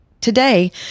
Today